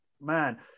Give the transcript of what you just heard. man